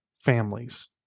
families